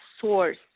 source